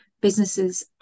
businesses